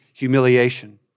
Humiliation